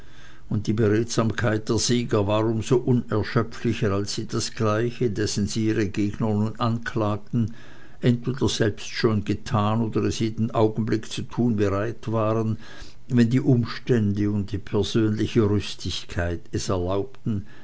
und die beredsamkeit der sieger war um so unerschöpflicher als sie das gleiche dessen sie ihre gegner nun anklagten entweder selbst schon getan oder es jeden augenblick zu tun bereit waren wenn die umstände und die persönliche rüstigkeit es erlaubten